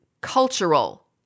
cultural